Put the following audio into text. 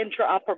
interoperability